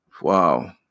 wow